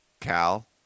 Cal